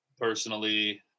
personally